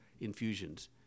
infusions